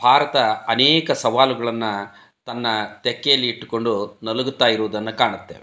ಭಾರತ ಅನೇಕ ಸವಾಲುಗಳನ್ನು ತನ್ನ ತೆಕ್ಕೆಯಲ್ಲಿ ಇಟ್ಟುಕೊಂಡು ನಲುಗುತ್ತಾ ಇರುವುದನ್ನು ಕಾಣತ್ತೇವೆ